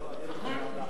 דיון בוועדה.